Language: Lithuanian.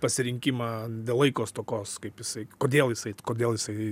pasirinkimą dėl laiko stokos kaip jisai kodėl jisai kodėl jisai